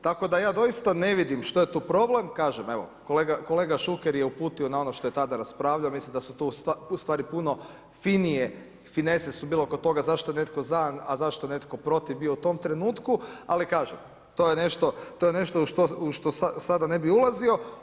Tako da ja doista ne vidim što je tu problem, kažem evo, kolega Šuker je uputio na ono što je tada raspravljao, mislim da su ti stvari puno finije, finese su bile oko toga zašto je netko za a zašto je netko protiv bio u tom trenutku ali kaže, to je nešto u što sada ne bi ulazio.